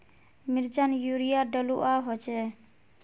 मिर्चान यूरिया डलुआ होचे?